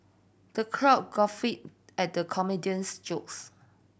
the crow guffawed at the comedian's jokes